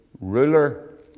ruler